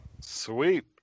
Sweet